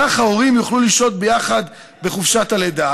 כך ההורים יוכלו לשהות יחד בחופשת הלידה